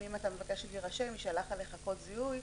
אם אתה מבקש להירשם יישלח אליך קוד זיהוי,